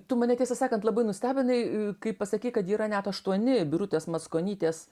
tu mane tiesą sakant labai nustebinai kai pasakei kad yra net aštuoni birutės mackonytės